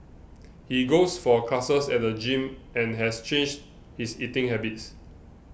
he goes for classes at the gym and has changed his eating habits